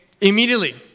immediately